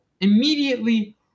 immediately